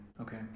Okay